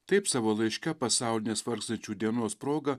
taip savo laiške pasaulinės vargstančiųjų dienos proga